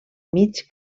mig